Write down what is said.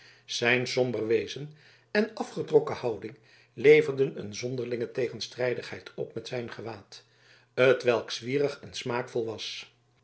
zijn somber wezen en afgetrokken houding leverden een zonderlinge tegenstrijdigheid op met zijn gewaad hetwelk zwierig en smaakvol was